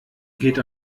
geht